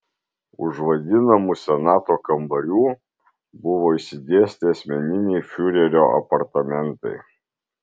už vadinamų senato kambarių buvo išsidėstę asmeniniai fiurerio apartamentai